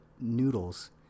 noodles